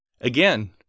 Again